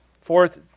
Fourth